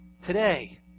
Today